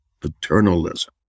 paternalism